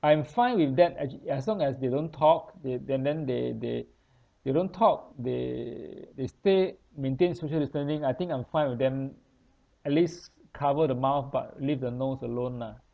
I'm fine with that as as long as they don't talk they and then they they they don't talk they they stay maintain social distancing I think I'm fine with them at least cover the mouth but leave the nose alone ah